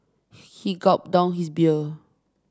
he gulped down his beer